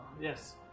Yes